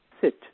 Sit